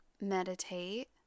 meditate